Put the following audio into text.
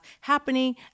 happening